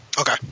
Okay